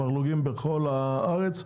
מרלו"גים בכל הארץ,